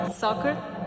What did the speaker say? soccer